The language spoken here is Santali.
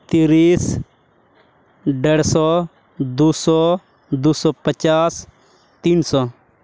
ᱛᱤᱨᱤᱥ ᱰᱮᱲᱥᱚ ᱫᱩ ᱥᱚ ᱫᱩ ᱥᱚ ᱯᱚᱧᱪᱟᱥ ᱛᱤᱱ ᱥᱚ